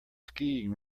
skiing